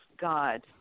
god